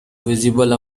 visible